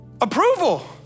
Approval